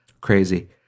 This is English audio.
Crazy